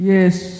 Yes